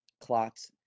clots